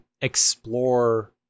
explore